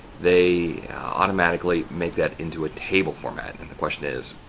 they automatically make that into a table format. and and the question is